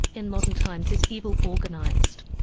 in modern times, is evil organized?